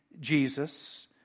Jesus